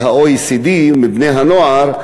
של ה-OECD על בני-הנוער,